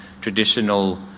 traditional